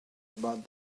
about